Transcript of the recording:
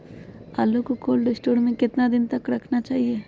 आलू को cold store में कितना दिन तक रखना चाहिए?